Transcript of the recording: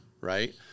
Right